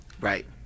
Right